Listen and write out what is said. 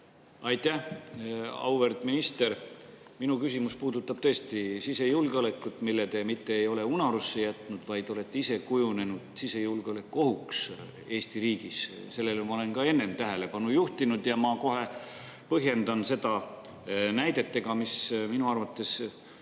Aitäh! Auväärt minister! Minu küsimus puudutab tõesti sisejulgeolekut, mille te mitte ei ole [ainult] unarusse jätnud, vaid te olete ise kujunenud sisejulgeolekuohuks Eesti riigis. Sellele ma olen ka enne tähelepanu juhtinud ja kohe põhjendan seda näidetega, mis minu arvates